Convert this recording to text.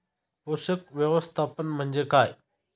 पोषक व्यवस्थापन म्हणजे काय?